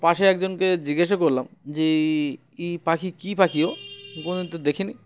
পাশে একজনকে জিজ্ঞোসা করলাম যে এই পাখি কী পাখিও কোনোদিন তো দেখি নি